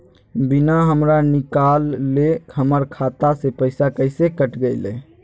बिना हमरा निकालले, हमर खाता से पैसा कैसे कट गेलई?